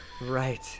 right